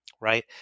right